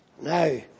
Now